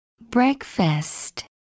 breakfast